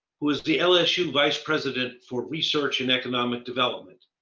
who is the lsu vice president for research and economic development.